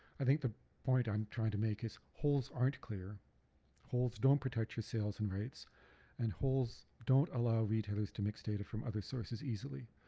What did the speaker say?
i think the point i'm trying to make is holes aren't clear holes don't protect your sales and rights and holes don't allow retailers to mix data from other sources easily.